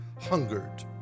hungered